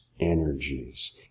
energies